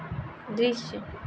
दृश्य